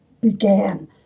began